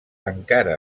encara